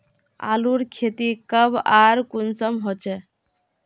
आलूर खेती कब आर कुंसम होचे?